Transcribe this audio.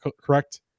correct